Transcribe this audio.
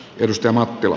kirsti mattila